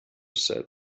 said